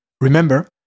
remember